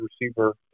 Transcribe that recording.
receiver